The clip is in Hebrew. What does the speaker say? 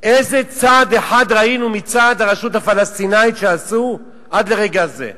איזה צעד אחד ראינו מצד הרשות הפלסטינית שעשו עד לרגע זה,